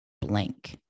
blank